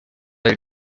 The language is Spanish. del